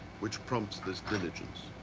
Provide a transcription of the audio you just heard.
which prompts this diligence.